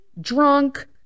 drunk